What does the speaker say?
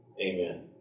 Amen